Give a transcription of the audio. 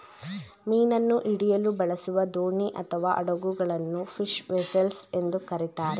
ಮೀನನ್ನು ಹಿಡಿಯಲು ಬಳಸುವ ದೋಣಿ ಅಥವಾ ಹಡಗುಗಳನ್ನು ಫಿಶ್ ವೆಸೆಲ್ಸ್ ಎಂದು ಕರಿತಾರೆ